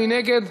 מי נגד?